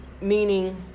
meaning